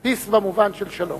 peace במובן של "שלום".